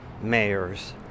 mayors